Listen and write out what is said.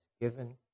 given